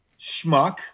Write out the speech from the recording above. schmuck